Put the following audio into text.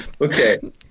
Okay